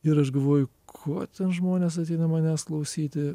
ir aš galvoju ko ten žmonės ateina manęs klausyti